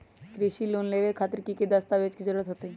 कृषि लोन लेबे खातिर की की दस्तावेज के जरूरत होतई?